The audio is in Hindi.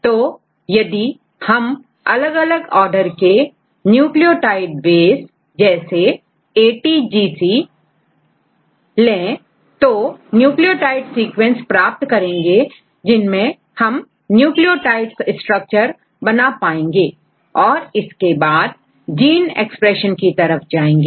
तो यदि हम अलग अलग आर्डर के न्यूक्लियोटाइड बेस जैसे ATGC तो न्यूक्लियोटाइड सीक्वेंस प्राप्त करेंगे A जिनसे हम न्यूक्लियोटाइड स्ट्रक्चर बना पाएंगे और इसके बाद जीन एक्सप्रेशन की तरफ जाएंगे